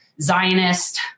Zionist